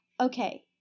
Okay